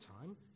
time